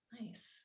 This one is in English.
Nice